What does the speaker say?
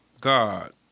God